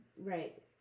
right